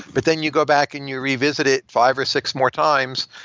but then you go back and you revisit it five or six more times,